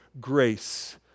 grace